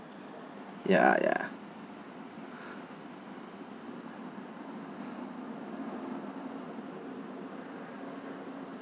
ya ya